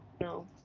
No